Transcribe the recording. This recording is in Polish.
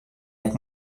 jak